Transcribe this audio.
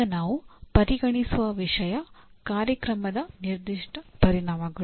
ಈಗ ನಾವು ಪರಿಗಣಿಸುವ ವಿಷಯ ಕಾರ್ಯಕ್ರಮದ ನಿರ್ದಿಷ್ಟ ಪರಿಣಾಮಗಳು